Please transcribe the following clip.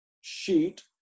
sheet